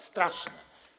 Straszne.